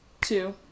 two